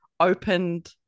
opened